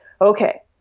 okay